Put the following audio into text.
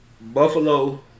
Buffalo